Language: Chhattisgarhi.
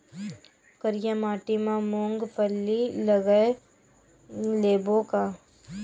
करिया माटी मा मूंग फल्ली लगय लेबों का?